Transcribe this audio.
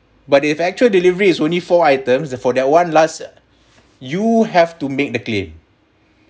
but if actual deliveries only four items that for that one last you have to make the claim